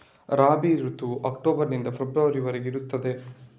ರಬಿ ಋತುವು ಅಕ್ಟೋಬರ್ ನಿಂದ ಫೆಬ್ರವರಿ ವರೆಗೆ ಇರ್ತದೆ